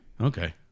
Okay